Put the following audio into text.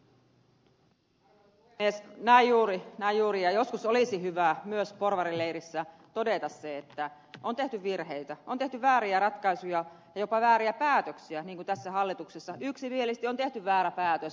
näin juuri näin juuri ja joskus olisi hyvä myös porvarileirissä todeta se että on tehty virheitä on tehty vääriä ratkaisuja ja jopa vääriä päätöksiä niin kuin tässä hallituksessa yksimielisesti on tehty väärä päätös